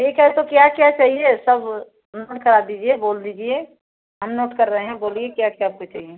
ठीक है तो क्या क्या चाहिए सब नोट करा दीजिए बोल दीजिए हम नोट कर रहे हैं बोलिए क्या क्या आपको चाहिए